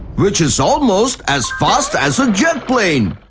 which is almost as fast as a jet plane.